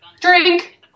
Drink